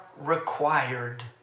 required